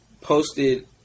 posted